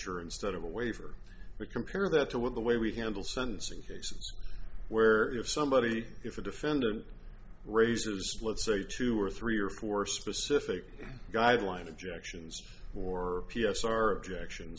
e instead of a waiver we compare that to with the way we handle sentencing cases where if somebody if a defendant raises let's say two or three or four specific guideline objections or p s r objections